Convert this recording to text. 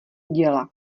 děla